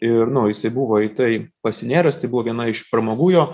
ir nu jisai buvai į tai pasinėręs tai buvo viena iš pramogų jo